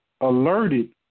alerted